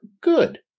good